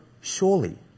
surely